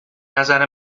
نظر